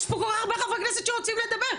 יש פה כל-כך הרבה חברי כנסת שרוצים לדבר,